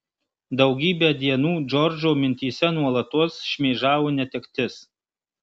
daugybę dienų džordžo mintyse nuolatos šmėžavo netektis